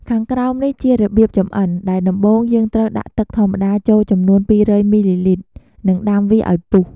ខាងក្រោមនេះ ជារបៀបចម្អិន ដែលដំបូងយើងត្រូវដាក់ទឹកធម្មតាចូលចំនួន២០០មីលីលីត្រ និងដាំវាឱ្យពុះ។